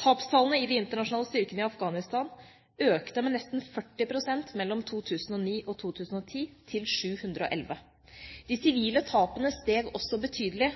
Tapstallene i de internasjonale styrkene i Afghanistan økte med nesten 40 pst. mellom 2009 og 2010, til 711. De sivile tapene steg også betydelig.